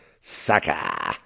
Sucker